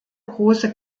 große